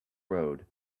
road